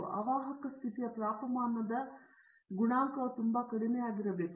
ಅವಾಹಕ ಸ್ಥಿತಿಯ ತಾಪಮಾನದ ಗುಣಾಂಕವು ತುಂಬಾ ಕಡಿಮೆಯಾಗಿರಬೇಕು